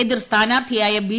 എതിർ സ്ഥാനാർത്ഥിയായ ബി